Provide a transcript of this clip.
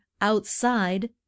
outside